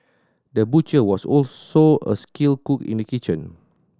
the butcher was also a skilled cook in the kitchen